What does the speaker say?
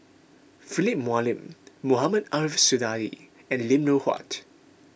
Philip Hoalim Mohamed Ariff Suradi and Lim Loh Huat